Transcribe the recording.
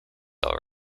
all